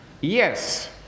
Yes